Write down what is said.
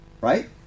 Right